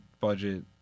budget